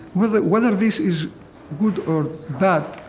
whether whether this is good or bad,